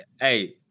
Hey